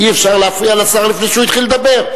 אי-אפשר להפריע לשר לפני שהוא התחיל לדבר.